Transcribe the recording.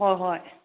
ꯍꯣꯏ ꯍꯣꯏ